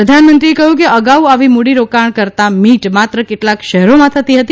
પ્રધાનમંત્રીએ કહ્યું કે અગાઉ આવી મૂડીરોકાણકર્તા મિટ માત્ર કેટલાક શહેરોમા થતી હતી